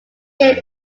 game